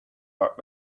art